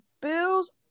Bills